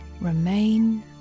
remain